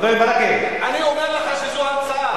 חבר הכנסת ברכה, אני אומר לך שזאת המצאה.